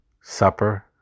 supper